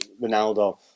Ronaldo